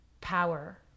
power